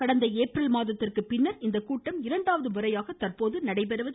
கடந்த ஏப்ரல் மாதத்திற்கு பின்னர் இந்த கூட்டம் இரண்டாவது முறையாக தற்போது நடைபெறுகிறது